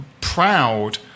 proud